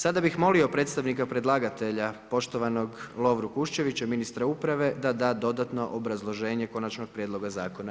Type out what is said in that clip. Sada bi molio predstavnika predlagatelja, poštovanog Lovru Kuščevića, ministra uprave, da da dodatno obrazloženje konačnog prijedloga zakona.